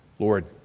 Lord